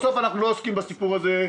בסוף אנחנו לא עוסקים בסיפור הזה,